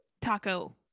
taco